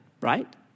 right